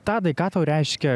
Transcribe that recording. tadai ką tau reiškia